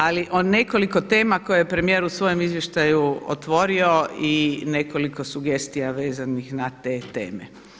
Ali o nekoliko tema koje je premijer u svojem izvještaju otvorio i nekoliko sugestija vezanih na te teme.